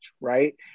right